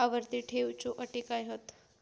आवर्ती ठेव च्यो अटी काय हत?